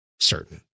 certain